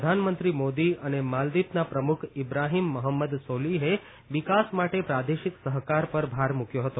પ્રધાનમંત્રી મોદી અને માલદિવના પ્રમુખ ઇબ્રાહીમ મહમ્મદ સોલીહે વિકાસ માટે પ્રાદેશિક સહકાર પર ભાર મૂક્યો હતો